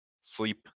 Sleep